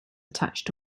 attached